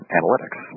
analytics